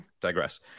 digress